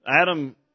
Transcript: Adam